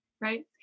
Right